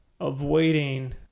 avoiding